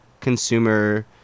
consumer